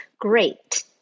Great